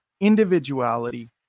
individuality